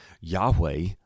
Yahweh